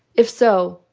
if so,